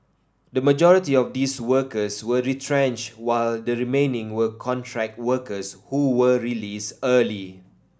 the majority of these workers were retrenched while the remaining were contract workers who were released early